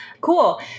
Cool